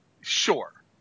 Sure